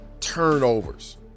turnovers